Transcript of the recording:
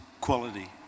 quality